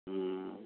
ꯎꯝ